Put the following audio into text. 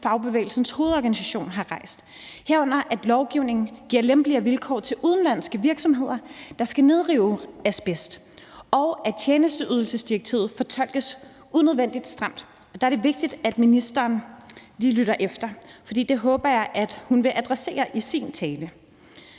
Fagbevægelsens Hovedorganisation har rejst, herunder at lovgivningen giver lempeligere vilkår til udenlandske virksomheder, der skal nedrive asbest, og at tjenesteydelsesdirektivet fortolkes unødvendigt stramt. Der er det vigtigt, at ministeren lige lytter efter, for det håber jeg hun vil adressere i sin tale.